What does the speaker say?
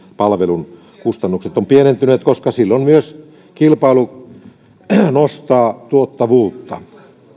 palvelun kustannukset ovat pienentyneet koska silloin myös kilpailu nostaa tuottavuutta